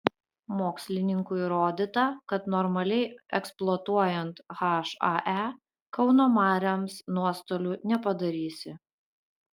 mokslininkų įrodyta kad normaliai eksploatuojant hae kauno marioms nuostolių nepadarysi